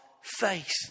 faith